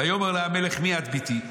ויאמר לה המלך: מי את בתי,